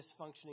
dysfunctioning